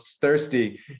thirsty